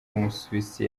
w’umusuwisi